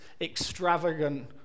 extravagant